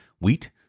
wheat